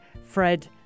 Fred